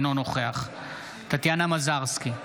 אינו נוכח טטיאנה מזרסקי,